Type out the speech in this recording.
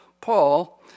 Paul